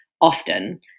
often